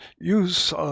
use